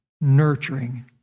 nurturing